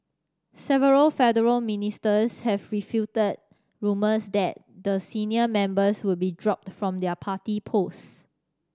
several federal ministers have refuted rumours that the senior members would be dropped from their party post